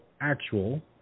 Actual